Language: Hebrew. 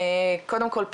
קודם כל,